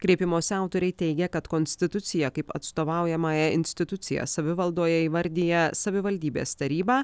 kreipimosi autoriai teigia kad konstitucija kaip atstovaujamąją instituciją savivaldoje įvardija savivaldybės tarybą